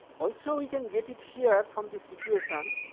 also you can get it here, from this equation